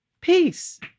peace